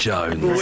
Jones